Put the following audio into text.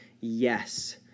yes